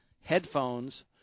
headphones